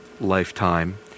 lifetime